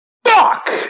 Fuck